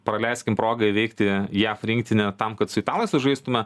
praleiskim progą įveikti jav rinktinę tam kad su italais sužaistume